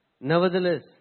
nevertheless